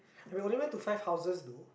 and we only went to five houses though